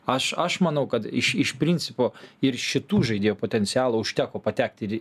aš aš manau kad iš iš principo ir šitų žaidėjų potencialo užteko patekti ir